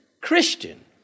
Christian